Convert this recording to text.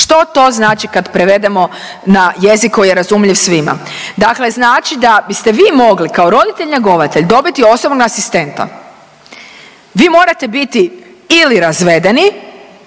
Što to znači kad prevedemo na jezik koji je razumljiv svima? Dakle znači da biste vi mogli kao roditelj njegovatelj dobiti osobnog asistenta vi morate biti ili razvedeni